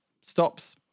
stops